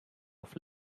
auf